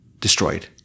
destroyed